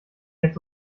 jetzt